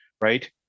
right